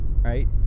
right